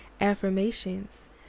affirmations